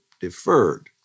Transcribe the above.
deferred